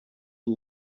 for